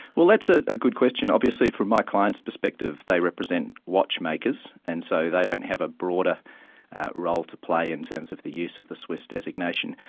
well that's ah a good question. obviously from my client's perspective, they represent watchmakers, and so they don't have a broader role to play in terms of the use of the swiss designation,